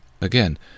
Again